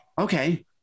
okay